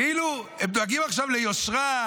כאילו הם דואגים עכשיו ליושרה,